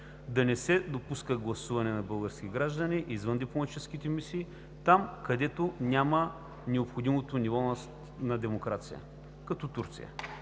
да не се допуска гласуване на български граждани извън дипломатическите мисии, там където няма необходимото ниво на демокрация, като Турция.